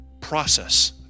process